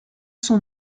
son